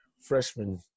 freshman